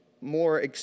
more